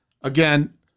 again